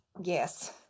Yes